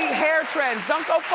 hair trends, don't